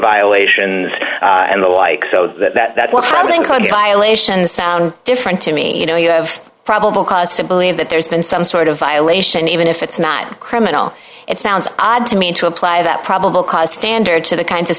violations and the like so that that that what has been called by lation sound different to me you know you have probable cause to believe that there's been some sort of violation even if it's not criminal it sounds odd to me to apply that probable cause standard to the kinds of